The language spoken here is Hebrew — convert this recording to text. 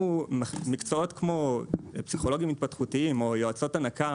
מקצועות כמו פסיכולוגים התפתחותיים או יועצות הנקה